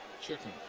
chicken